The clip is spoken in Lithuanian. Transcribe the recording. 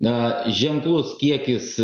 ne ženklus kiekis